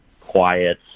quiet